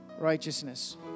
righteousness